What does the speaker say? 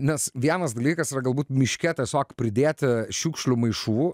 nes vienas dalykas yra galbūt miške tiesiog pridėti šiukšlių maišų